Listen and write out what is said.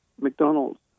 McDonald's